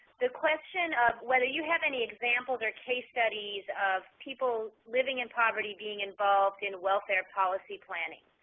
the question of whether you have any examples or case studies of people living in poverty being involved in welfare policy planning?